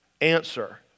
Answer